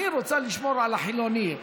אני רוצה לשמור על החילוני.